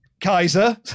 Kaiser